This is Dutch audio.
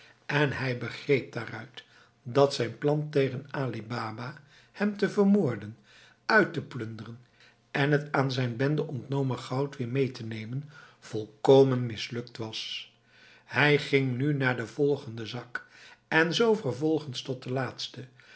en hij begreep daaruit dat zijn plan tegen ali baba hem te vermoorden uit te plunderen en het aan zijn bende ontnomen goud weer mee te nemen volkomen mislukt was hij ging nu naar den volgenden zak en zoo vervolgens tot aan den laatsten